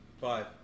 five